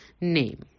name